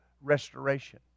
Restoration